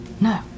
No